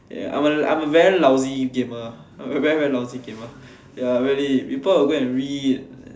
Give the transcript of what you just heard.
ya I'm a I'm a very lousy gamer I'm a very very lousy gamer ya really people will go and read